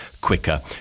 quicker